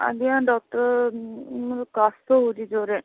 ଆଜ୍ଞା ଡକ୍ଟର ମୋର କାଶ ହେଉଛି ଜୋରରେ